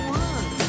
one